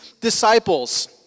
disciples